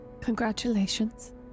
Congratulations